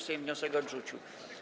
Sejm wniosek odrzucił.